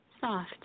Soft